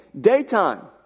daytime